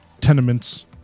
tenements